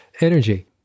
energy